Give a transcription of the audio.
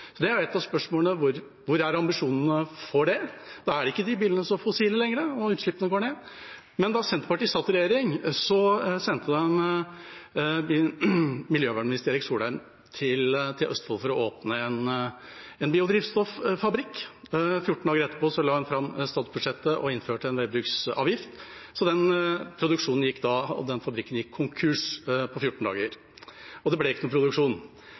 så fossile lenger, og utslippene går ned. Da Senterpartiet satt i regjering, sendte regjeringa daværende miljøvernminister Erik Solheim til Østfold for å åpne en biodrivstoffabrikk. 14 dager etterpå la man fram statsbudsjettet og innførte en veibruksavgift. Så den fabrikken gikk konkurs på 14 dager, og det ble ikke noe produksjon.